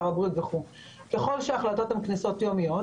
שר הבריאות וככול שההחלטות הן על כניסות יומיות,